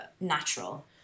natural